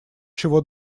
чего